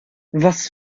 was